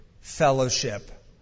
fellowship